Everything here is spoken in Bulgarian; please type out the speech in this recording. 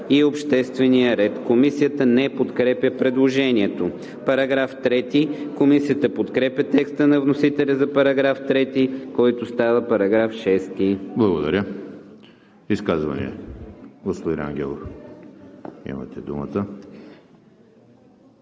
Благодаря. Изказвания? Господин Ангелов, имате думата.